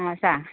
हय सांग